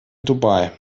dubai